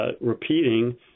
repeating